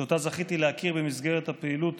שאותה זכיתי להכיר במסגרת הפעילות